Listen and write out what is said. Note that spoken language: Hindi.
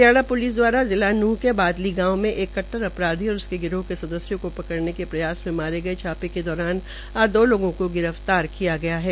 हरियाणा प्लिस द्वारा जिला नूंह के बादली गांव में एक कद्दर अपराधी और उसके गिरोह के सदस्यों को पकडऩे के प्रयास में मारे गए छापे के दौरान आज दो लोगों को गिरफ्तार किया गया है